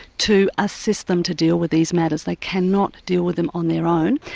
to assist them to deal with these matters. they cannot deal with them on their own.